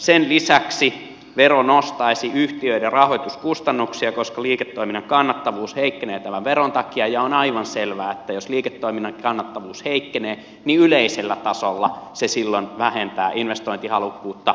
sen lisäksi vero nostaisi yhtiöiden rahoituskustannuksia koska liiketoiminnan kannattavuus heikkenee tämän veron takia ja on aivan selvää että jos liiketoiminnan kannattavuus heikkenee niin yleisellä tasolla se silloin vähentää investointihalukkuutta